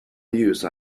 use